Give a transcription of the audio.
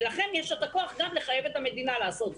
ולכם יש את הכוח גם לחייב את המדינה לעשות זאת.